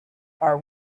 are